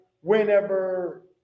whenever